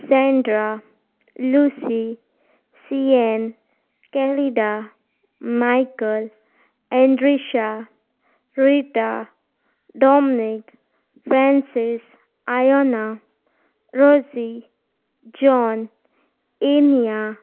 Sandra Lucy Sian Kelida Michael Andrisha Rita Dominic Francis Iona Rosie John एमिया